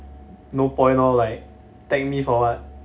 no point lor like tag me for what